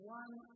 one